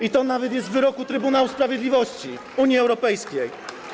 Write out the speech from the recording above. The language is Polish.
I to nawet jest w wyroku Trybunału Sprawiedliwości Unii Europejskiej.